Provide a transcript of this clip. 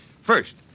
First